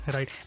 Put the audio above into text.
Right